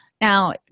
Now